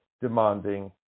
demanding